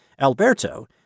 Alberto